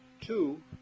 Two